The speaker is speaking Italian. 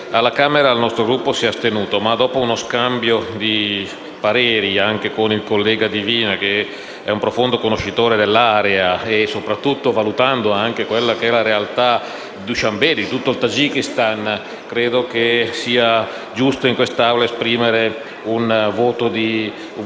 Alla Camera il nostro Gruppo si è astenuto, ma dopo uno scambio di pareri anche con il collega Divina, che è un profondo conoscitore dell'area, e soprattutto valutando la realtà di Dushanbe e di tutto il Tagikistan, credo sia giusto che l'Assemblea esprima un voto